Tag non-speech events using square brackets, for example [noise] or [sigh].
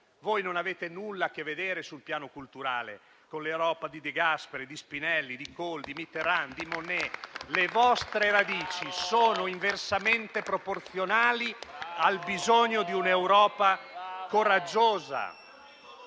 Voi non avete nulla a che vedere sul piano culturale con l'Europa di De Gasperi, di Spinelli, di Kohl, di Mitterand, di Monnet. [applause] Le vostre radici sono diametralmente opposte al bisogno di un'Europa coraggiosa